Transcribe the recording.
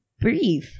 breathe